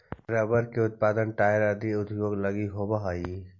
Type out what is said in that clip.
rubber के उत्पादन tyre आदि उद्योग लगी होवऽ हइ